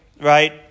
right